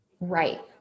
right